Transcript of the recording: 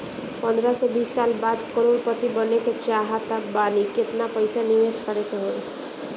पंद्रह से बीस साल बाद करोड़ पति बने के चाहता बानी केतना पइसा निवेस करे के होई?